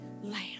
lamb